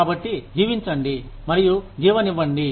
కాబట్టి జీవించండి మరియు జీవనీయ్యండి